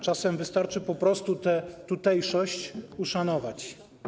Czasem wystarczy po prostu tę tutejszość uszanować.